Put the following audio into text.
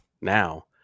now